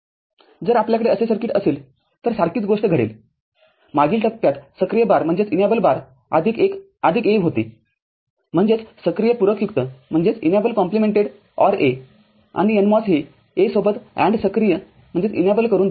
जर आपल्याकडे असे सर्किटअसेल तर सारखीच गोष्ट घडेल मागील टप्प्यात सक्रिय बार आदिक A होतेम्हणजेच सक्रिय पुरकयुक्त OR A आणि NMOS हे A सोबत AND सक्रिय करून दिले जाते